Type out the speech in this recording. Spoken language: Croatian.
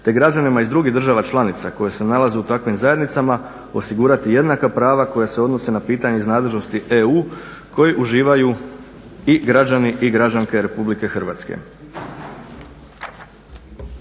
te građanima iz drugih država članica koje se nalaze u takvim zajednicama osigurati jednaka prava koja se odnose na pitanje iz nadležnosti EU koji uživaju i građani i građanke RH.